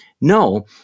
No